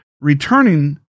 returning